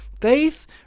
Faith